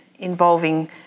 involving